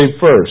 first